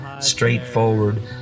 straightforward